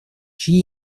чьи